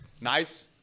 Nice